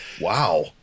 Wow